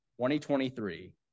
2023